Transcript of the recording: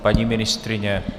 Paní ministryně?